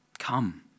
Come